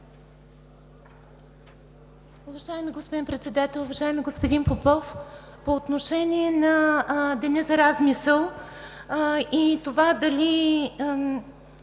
Добре,